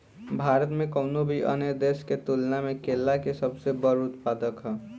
भारत कउनों भी अन्य देश के तुलना में केला के सबसे बड़ उत्पादक ह